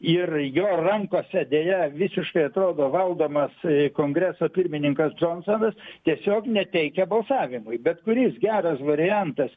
ir jo rankose deja visiškai atrodo valdomas kongreso pirmininkas džonsonas tiesiog neteikia balsavimui bet kuris geras variantas